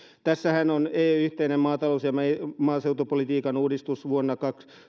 tässähän on eun yhteinen maatalous ja maaseutupolitiikan uudistus vuonna